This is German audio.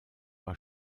war